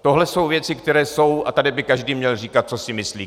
Tohle jsou věci, které jsou, a tady by každý měl říkat, co si myslí.